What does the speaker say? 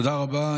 תודה רבה,